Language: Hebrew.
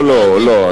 לא, לא.